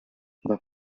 but